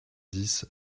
dix